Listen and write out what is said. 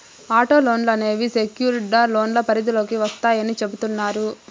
auto లోన్లు అనేవి secured లోన్ల పరిధిలోకి వత్తాయని చెబుతున్నారు